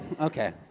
Okay